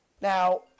Now